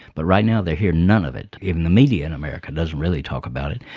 but right now they hear none of it even the media in america doesn't really talk about it.